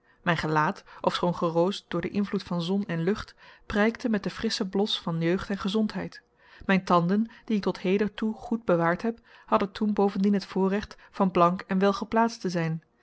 mijn gelaat ofschoon geroost door den invloed van zon en lucht prijkte met den frisschen blos van jeugd en gezondheid mijn tanden die ik tot heden toe goed bewaard heb hadden toen bovendien het voorrecht van blank en welgeplaatst te zijn